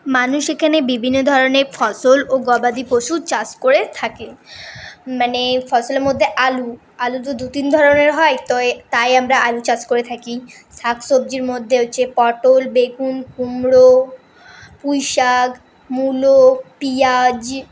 মানুষ এখানে বিভিন্ন ধরনের ফসল ও গবাদি পশুর চাষ করে থাকে মানে ফসলের মধ্যে আলু আলু তো দু তিন ধরনের হয় তো তাই আমরা আলু চাষ করে থাকি শাক সবজির মধ্যে হচ্ছে পটল বেগুন কুমড়ো পুঁইশাক মুলো পেঁয়াজ